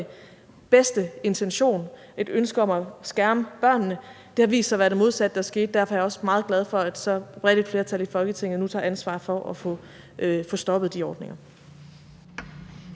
bedste intention, ud fra et ønske om at skærme børnene. Det har vist sig at være det modsatte, der skete, og derfor er jeg også meget glad for, at så bredt et flertal i Folketinget nu tager ansvar for at få stoppet de ordninger.